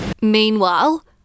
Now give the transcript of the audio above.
Meanwhile